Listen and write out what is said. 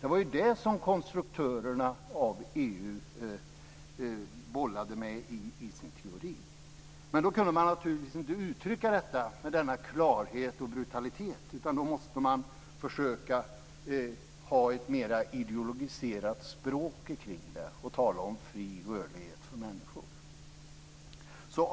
Det var det som konstruktörerna av EU bollade med i sin teori. Då kunde man naturligtvis inte uttrycka det med denna klarhet och brutalitet, utan man måste försöka ha ett mera ideologiserat språk kring detta och tala om fri rörlighet för människor.